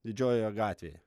didžiojoje gatvėje